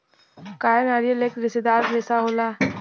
कायर नारियल एक रेसेदार रेसा होला